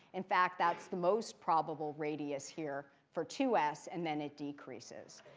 in fact that's the most probable radius here for two s. and then it decreases.